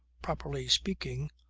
properly speaking,